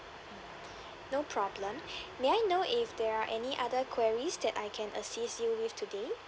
no problem may I know if there are any other queries that I can assist you with today